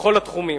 בכל התחומים.